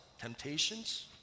temptations